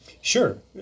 Sure